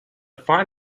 find